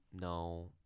No